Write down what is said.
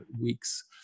weeks